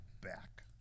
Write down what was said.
back